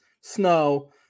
snow